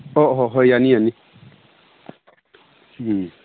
ꯑꯣ ꯍꯣꯏ ꯍꯣꯏ ꯌꯥꯅꯤ ꯌꯥꯅꯤ ꯎꯝ